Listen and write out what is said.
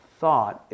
thought